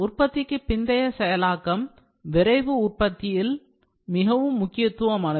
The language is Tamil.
உற்பத்திக்குப் பிந்தைய செயலாக்கம் விரைவு உற்பத்தியில் மிகவும் முக்கியமானது